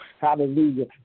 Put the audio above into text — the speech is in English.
Hallelujah